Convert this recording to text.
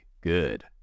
good